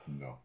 No